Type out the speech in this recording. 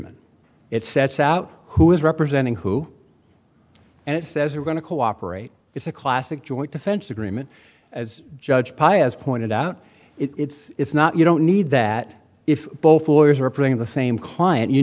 agreement it sets out who is representing who and it says are going to cooperate it's a classic joint defense agreement as judge pius pointed out it's not you don't need that if both lawyers are playing the same client you